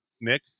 Nick